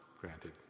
granted